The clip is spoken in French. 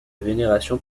vénération